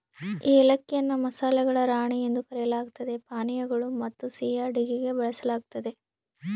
ಏಲಕ್ಕಿಯನ್ನು ಮಸಾಲೆಗಳ ರಾಣಿ ಎಂದು ಕರೆಯಲಾಗ್ತತೆ ಪಾನೀಯಗಳು ಮತ್ತುಸಿಹಿ ಅಡುಗೆಗೆ ಬಳಸಲಾಗ್ತತೆ